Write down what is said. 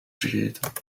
vergeten